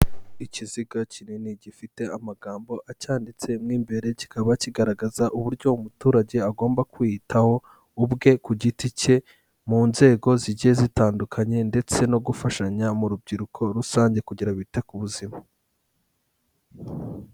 Ikiziga kinini gifite amagambo acyanditse mo imbere kikaba kigaragaza uburyo umuturage agomba kwiyitaho ubwe ku giti cye mu nzego zigiye zitandukanye ndetse no gufashanya mu rubyiruko rusange kugira bite ku buzima.